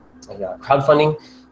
crowdfunding